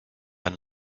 and